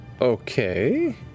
Okay